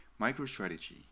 MicroStrategy